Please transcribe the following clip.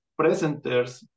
presenters